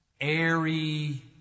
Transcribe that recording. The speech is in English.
airy